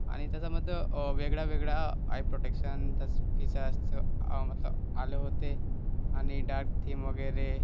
आणि त्याच्यामध्ये वेगळ्या वेगळ्या आय प्रोटेक्शन तस फिसास्च मधलं आले होते आणि डाक थीम वगैरे